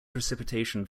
precipitation